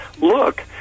look